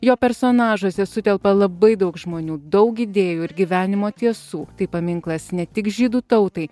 jo personažuose sutelpa labai daug žmonių daug idėjų ir gyvenimo tiesų tai paminklas ne tik žydų tautai